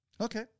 Okay